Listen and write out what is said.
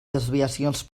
desviacions